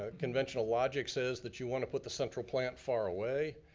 ah conventional logic says that you wanna put the central plant far away,